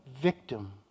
victim